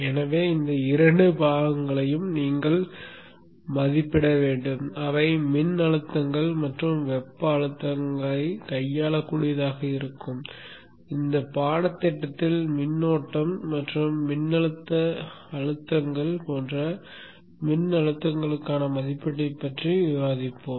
எனவே இந்த இரண்டு பாகங்களையும் நீங்கள் மதிப்பிட வேண்டும் அவை மின் அழுத்தங்கள் மற்றும் வெப்ப அழுத்தங்களைக் கையாளக்கூடியதாக இருக்கும் இந்த பாடத்திட்டத்தில் மின்னோட்டம் மற்றும் மின்னழுத்த அழுத்தங்கள் போன்ற மின் அழுத்தங்களுக்கான மதிப்பீட்டைப் பற்றி விவாதிப்போம்